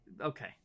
Okay